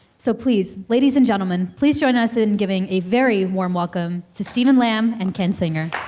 so, please, ladies and gentlemen, please join us in giving a very warm welcome to steven lam and ken singer.